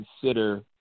consider